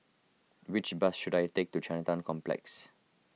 which bus should I take to Chinatown Complex